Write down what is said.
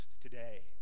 today